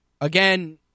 Again